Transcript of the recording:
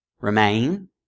Remain